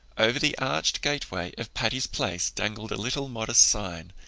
over the arched gateway of patty's place dangled a little, modest sign.